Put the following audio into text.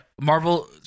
Marvel